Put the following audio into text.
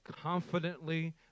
confidently